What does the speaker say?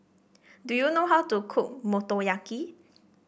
do you know how to cook Motoyaki